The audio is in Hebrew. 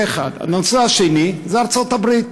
זה, 1. הנושא השני הוא ארצות-הברית.